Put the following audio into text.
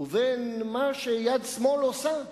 לבין מה שיד שמאל עושה.